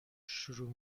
شروع